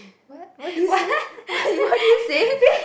what what did you say what did you say